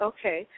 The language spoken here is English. Okay